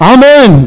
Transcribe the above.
Amen